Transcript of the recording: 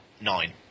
nine